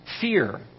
fear